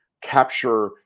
capture